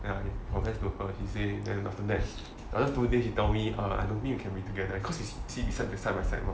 ya I confess to her she say then after another two days she tell me err I don't think we can be together because we sit beside side by side mah